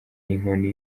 inkoni